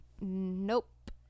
Nope